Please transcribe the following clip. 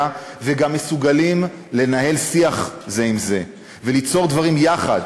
וגם מסוגלים לנהל שיח זה עם זה וליצור דברים יחד,